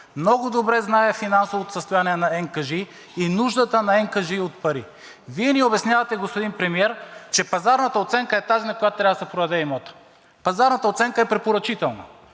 много добре знае финансовото състояние на НКЖИ и нуждата на НКЖИ от пари. Вие ни обяснявате, господин Премиер, че пазарната оценка е тази, на която трябва да се продаде имотът. Пазарната оценка е препоръчителна.